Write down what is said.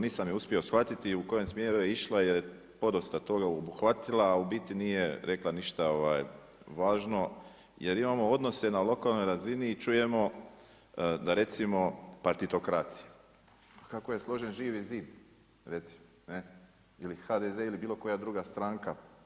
Nisam je uspio shvatiti u kojem smjeru je išla jer je podosta toga obuhvatila, a u biti nije rekla ništa važno jer imamo odnose na lokalnoj razini i čujemo da recimo partitokracija kako je složen Živi zid recimo ne ili HDZ ili bilo koja druga stranka.